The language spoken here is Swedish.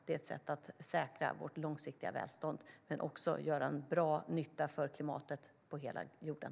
Det är ett sätt att säkra vårt långsiktiga välstånd, men det är också till bra nytta för klimatet på hela jorden.